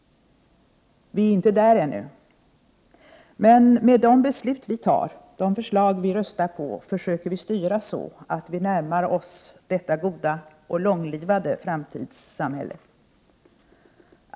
Vi är inte där ännu. Men med de beslut vi tar, de förslag vi röstar på, försöker vi styra så att vi närmar oss detta goda och långlivade framtidssamhälle.